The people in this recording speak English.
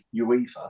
UEFA